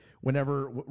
whenever